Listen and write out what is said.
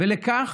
ולכך